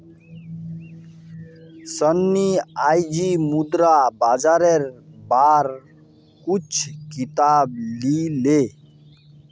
सन्नी आईज मुद्रा बाजारेर बार कुछू किताब ली ले